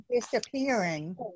disappearing